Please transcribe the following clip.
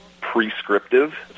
prescriptive